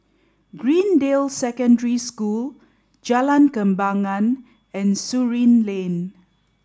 Greendale Secondary School Jalan Kembangan and Surin Lane